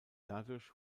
dadurch